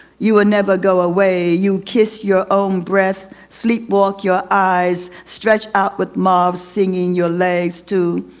you will never go away, you kiss your own breath. sleep-walk your eyes, stretch out with marv's singing, your legs. two.